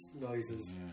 noises